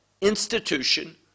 institution